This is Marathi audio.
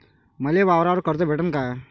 मले वावरावर कर्ज भेटन का?